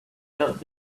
felt